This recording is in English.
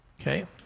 Okay